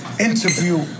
interview